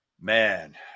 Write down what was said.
man